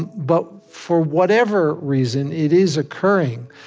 and but for whatever reason, it is occurring.